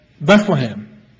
Bethlehem